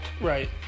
Right